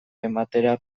ematera